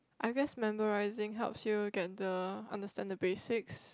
I guess memorizing help you get the understand the basics